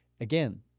again